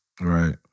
Right